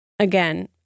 again